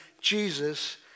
Jesus